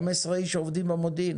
15 איש עובדים במודיעין